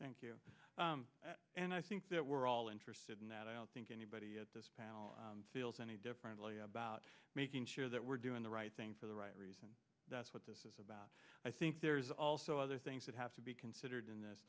thank you and i think that we're all interested in that i don't think anybody at this palace feels any differently about making sure that we're doing the right thing for the right reasons that's what this is about i think there's also other things that have to be considered in this